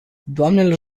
doamnelor